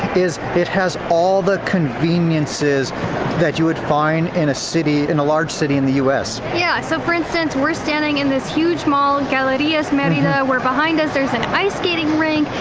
it has all the conveniences that you would find in a city in a large city in the u s. yeah, so for instance, we're standing in this huge mall galerias merida where behind us there's an ice skating rink,